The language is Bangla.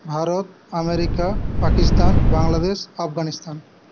ভারত আমেরিকা পাকিস্তান বাংলাদেশ আফগানিস্তান